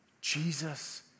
Jesus